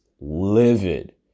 livid